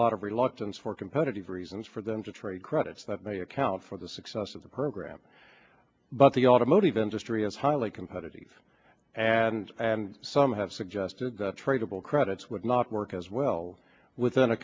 lot of reluctance for competitive reasons for them to trade credits that may account for the success of the program but the automotive industry is highly competitive and some have suggested tradable credits would not work as well within a